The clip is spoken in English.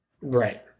right